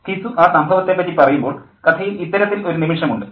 ഘിസു ആ സംഭവത്തെപ്പറ്റി പറയുമ്പോൾ കഥയിൽ ഇത്തരത്തിൽ ഒരു നിമിഷമുണ്ട്